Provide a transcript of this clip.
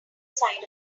side